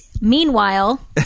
meanwhile